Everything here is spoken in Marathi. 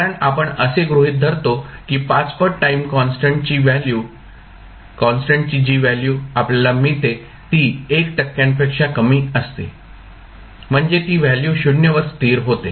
कारण आपण असे गृहीत धरतो की 5 पट टाईम कॉन्स्टंटची जी व्हॅल्यू आपल्याला मिळते ती 1 टक्क्यांपेक्षा कमी असते म्हणजे ती व्हॅल्यू 0 वर स्थिर होते